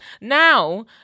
Now